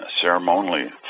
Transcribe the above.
ceremonially